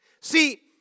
See